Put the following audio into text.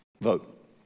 vote